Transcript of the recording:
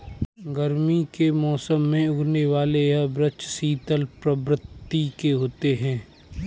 गर्मी के मौसम में उगने वाले यह फल शीतल प्रवृत्ति के होते हैं